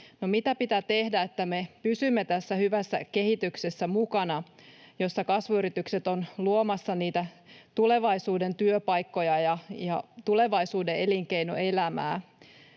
mitä pitää tehdä, että me pysymme tässä hyvässä kehityksessä mukana, jossa kasvuyritykset ovat luomassa niitä tulevaisuuden työpaikkoja ja tulevaisuuden elinkeinoelämää?